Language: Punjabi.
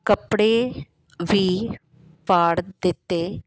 ਕੱਪੜੇ ਵੀ ਪਾੜ ਦਿੱਤੇ